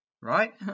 right